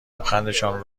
لبخندشان